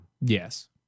Yes